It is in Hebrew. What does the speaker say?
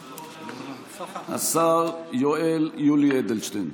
השר יואל יולי אדלשטיין.